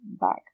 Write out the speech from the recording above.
back